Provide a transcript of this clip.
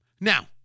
Now